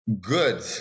good